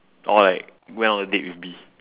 or like went on a date with B